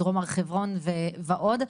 דרום הר חברון ועוד.